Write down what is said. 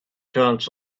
turns